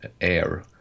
air